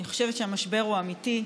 אני חושבת שהמשבר הוא אמיתי.